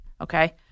okay